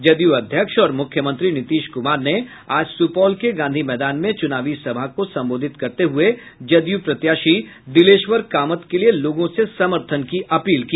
जदयू अध्यक्ष और मुख्यमंत्री नीतीश कुमार ने आज सुपौल के गांधी मैदान में चूनावी सभाओं को संबोधित करते हुए जदयू प्रत्याशी दिलेश्वर कामत के लिये लोगों से समर्थन की अपील की